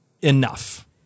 enough